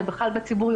בכלל בציבור,